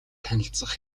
танилцах